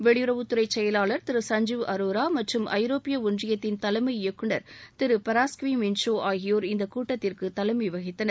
வெளியுறவுத்துறை செயலாளர் திரு சஞ்ஜீவ் அரோரா மற்றும் ஐரோப்பிய ஒன்றியத்தின் தலைமை இயக்குநர் திரு பராஸ்கிவி மின்ச்சோ ஆகியோர் இந்த கூட்டத்திற்கு தலைமை வகித்தனர்